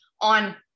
on